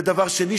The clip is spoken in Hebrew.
ודבר שני,